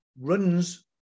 runs